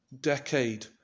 decade